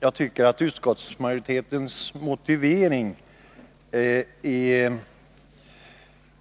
jag tycker att utskottsmajoritetens motivering är